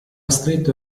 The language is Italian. stretto